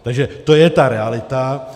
Takže to je ta realita.